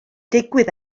digwydd